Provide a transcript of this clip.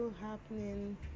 happening